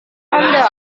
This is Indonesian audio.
anda